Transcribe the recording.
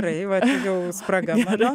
gerai vat jau spraga mano